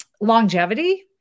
longevity